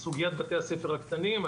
סוגיית בתי הספר הקטנים,